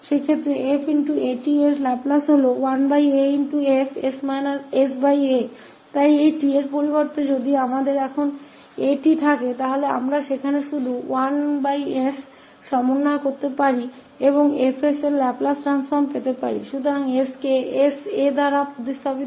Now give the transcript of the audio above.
उस स्थिति में 𝑓𝑎𝑡 का लाप्लास1aF है इसलिए 𝑡 के बजाय अब यदि हमारे पास अब ′𝑎𝑡′ है तो हम यहां केवल 1s समायोजित कर सकते हैं और लाप्लास इस 𝐹𝑠 को sa में बदल देता है जहां 𝑠 को भी बदल दिया जाता sa से